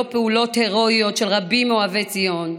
פעולות הרואיות של רבים מאוהבי ציון,